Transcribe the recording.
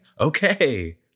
okay